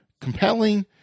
compelling